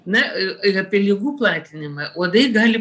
na na ir apie ligų platinimą uodai gali platinti daug ligų jie platina